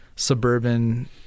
Suburban